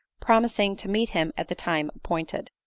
promising to meet him at the time appointed.